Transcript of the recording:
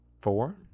Four